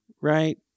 right